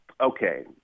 okay